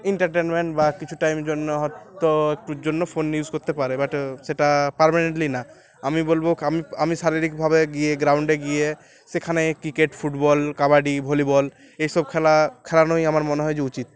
entertainment বা কিছু time জন্য হয়ত একটুর জন্য ফোন ইউস করতে পারে বাট সেটা পার্মানেন্টলি না আমি বলবো আমি আমি শারীরিকভাবে গিয়ে গ্রাউন্ডে গিয়ে সেখানে ক্রিকেট ফুটবল কাবাডি ভলিবল এইসব খেলা খেলানোই আমার মনে হয়ে যে উচিত